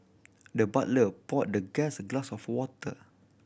the butler poured the guest a glass of water